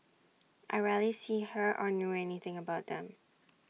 I rarely see her or know anything about them